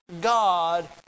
God